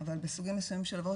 אבל בסוגים מסוימים של עבירות,